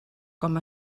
com